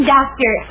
Doctor